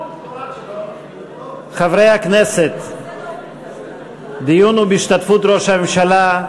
חברי הכנסת, הדיון הוא בהשתתפות ראש הממשלה.